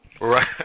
Right